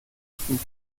typen